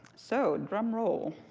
so drum roll,